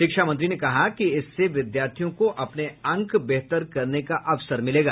शिक्षा मंत्री ने कहा कि इससे विद्यार्थियों को अपने अंक बेहतर करने का अवसर मिलेगा